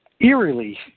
eerily